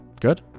Good